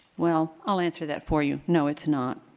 well, i will answer that for you, no it's not.